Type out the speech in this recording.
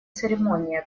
церемония